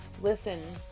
Listen